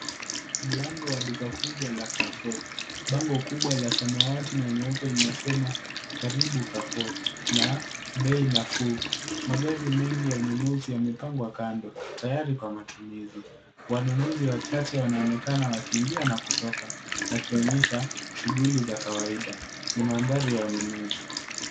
Mlango waduka kubwa la Carrefour. Bango kubwa la samawati na nyeupe linasema karibu Carrefour na bei nafuu. Magari mengi ya ununuzi yamepangwa kando tayari kwa matumizi. Wanunuzi wa chache wanaonekana wakiingia na kutoka. Wakionyesha shughuli za kawaida. Ni mandhari ya ununuzi.